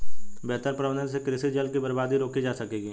बेहतर प्रबंधन से कृषि जल की बर्बादी रोकी जा सकेगी